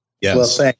Yes